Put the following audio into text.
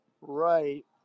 Right